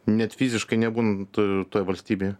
net fiziškai nebūnant toj valstybėje